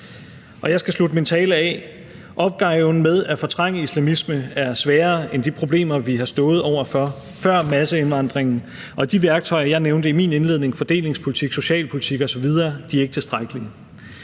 Jeg skal slutte min tale med at sige: Opgaven med at fortrænge islamisme er sværere end de problemer, vi har stået over for, før masseindvandringen, og de værktøjer, jeg nævnte i min indledning – fordelingspolitik, socialpolitik osv. – er ikke tilstrækkelige.